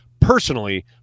personally